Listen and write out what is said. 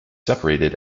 separated